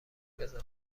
بزن